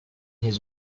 his